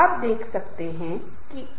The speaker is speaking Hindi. एक और बहुत दिलचस्प समूह है संदर्भ समूह